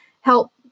help